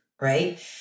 right